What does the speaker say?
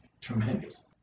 tremendous